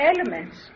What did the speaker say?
elements